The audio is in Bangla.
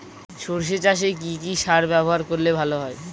সর্ষে চাসে কি কি সার ব্যবহার করলে ভালো হয়?